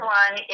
one